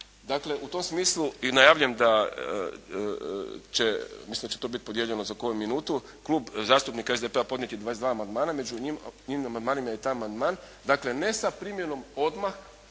Dakle, u tom smislu i najavljujem da će, mislim da će to biti podijeljeno za koju minutu, Klub zastupnika SDP-a podnijeti 22 amandmana, među inim amandmanima je i taj amandman. Dakle ne sa primjenom odmah